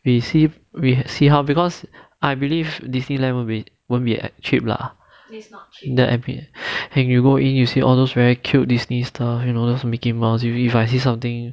we see we see how because I believe disneyland won't be cheap lah and you go in you see all those very cute disney store you know those mickey mouse you if I see something